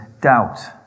doubt